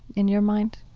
in your mind?